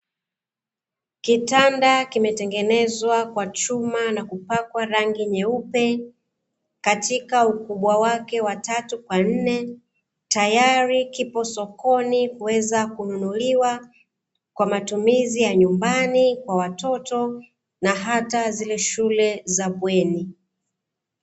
KItanda zimetengenezwa kwa chuma na kupakwa rangi nyeupe katika ukubwa wake wa tatu kwa nne, tayari kipo sokoni kuweza kununuliwa kwa matumizi ya nyumbani kwa watoto na hata zile shule za bweni.